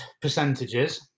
percentages